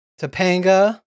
Topanga